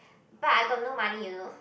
but I got no money you know